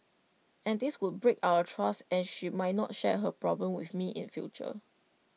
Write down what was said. and this would break our trust and she might not share her problems with me in future